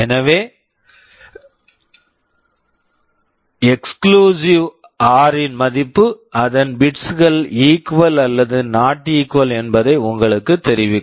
எனவே exclusive OR exclusive OR இன் மதிப்பு அதன் பிட்ஸ் bits கள் ஈகுவல் equal அல்லது நாட் ஈகுவல் not equal என்பதை உங்களுக்குத் தெரிவிக்கும்